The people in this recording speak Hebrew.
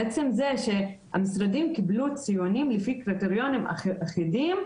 בעצם זה שהמשרדים קיבלו ציונים לפי קריטריונים אחידים,